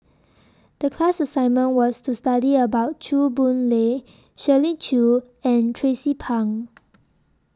The class assignment was to study about Chew Boon Lay Shirley Chew and Tracie Pang